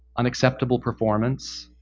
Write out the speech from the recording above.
unacceptable performance,